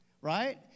Right